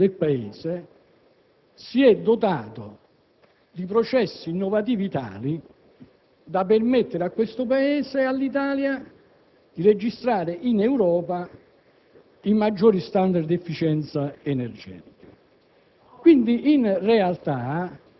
che l'apparato produttivo del Paese si è dotato di processi innovativi tali da permettere a questo Paese, all'Italia, di registrare in Europa i maggiori *standard* di efficienza energetica.